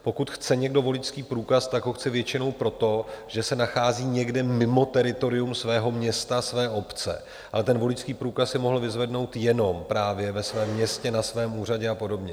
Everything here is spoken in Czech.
Pokud chce někdo voličský průkaz, tak ho chce většinou proto, že se nachází někde mimo teritorium svého města, své obce, ale ten voličský průkaz si mohl vyzvednout jenom právě ve svém městě, na svém úřadě a podobně.